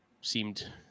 seemed